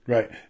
Right